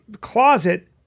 closet